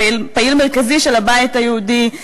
פעיל מרכזי של הבית היהודי.